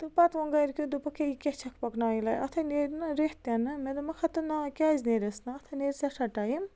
تہٕ پَتہٕ ووٚن گَرکیو دوٚپُکھ یے یہِ کیٛاہ چھَکھ پَکناوان یہِ لایِٹ اَتھَے نیرنہٕ رٮ۪تھ تہِ نہٕ مےٚ دوٚپمَکھ ہَتا نا کیٛازِ نیرٮ۪س نہٕ اَتھ ہا سٮ۪ٹھاہ ٹایِم